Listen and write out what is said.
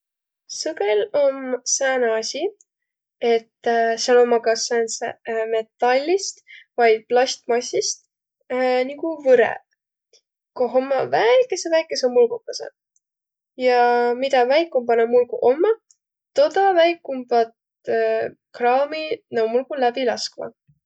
Sõgõl om sääne asi, et sääl ommaq kas säändseq metallist vai plastmassist niguq võreq, koh ommaq väikeseq, väikeseq mulgukõsõq. Ja midä väikumbaq na mulguq ommaq, toda väikumbat kraami nuuq mulguq läbi laskvaq.